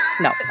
No